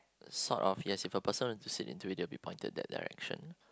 sort of yes if a person were to sit into it they'll be pointed that direction